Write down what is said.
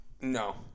no